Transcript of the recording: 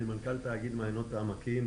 אני מנכ"ל תאגיד מעיינות העמקים,